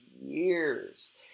years